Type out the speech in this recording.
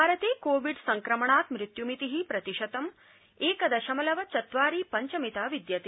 भारते कोविड संक्रमणात् मृत्युमिति प्रतिशतम् एकदशमलव चत्वारि पञ्चमिता विद्यते